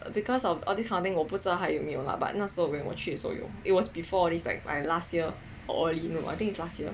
because of all this kind of thing 我不知还有没有 lah but 那是我去的时候 it was before this like my last year already you know I think it was last year